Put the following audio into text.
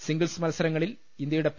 singles മത്സരങ്ങളിൽ ഇന്ത്യയുടെ P